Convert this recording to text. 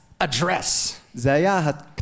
address